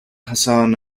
hassan